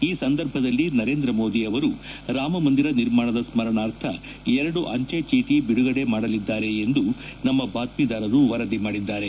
ಈ ಸಂದರ್ಭದಲ್ಲಿ ನರೇಂದ್ರ ಮೋದಿ ಅವರು ರಾಮಮಂದಿರ ನಿರ್ಮಾಣದ ಸ್ಗರಣಾರ್ಥ ಎರಡು ಅಂಚೆ ಚೀಟ ಬಿಡುಗಡೆ ಮಾಡಲಿದ್ದಾರೆ ಎಂದು ನಮ್ನ ಬಾತ್ತೀದಾರರು ವರದಿ ಮಾಡಿದ್ದಾರೆ